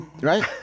Right